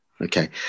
Okay